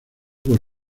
por